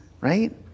right